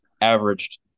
averaged